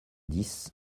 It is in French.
dix